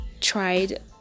tried